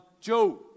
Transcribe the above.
Joe